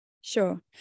Sure